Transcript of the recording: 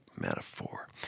metaphor